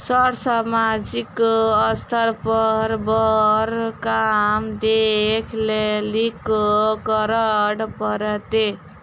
Sir सामाजिक स्तर पर बर काम देख लैलकी करऽ परतै?